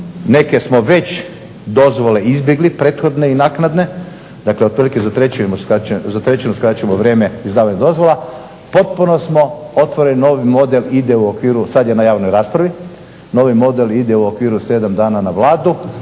neke smo već dozvole izbjegli prethodne i naknadne, dakle otprilike za trećinu skraćujemo vrijeme izdavanja dozvola, potpuno smo otvoreni, novi model ide u okviru, sad je na javnoj raspravi, novi model ide u okviru 7 dana na Vladu